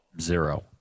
zero